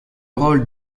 rôle